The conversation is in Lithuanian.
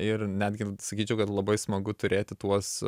ir netgi sakyčiau kad labai smagu turėti tuos